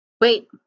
Wait